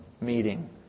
meeting